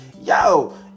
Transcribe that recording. yo